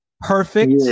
perfect